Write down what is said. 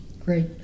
great